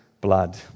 blood